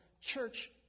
church